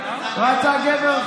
רצה גבר.